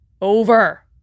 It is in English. over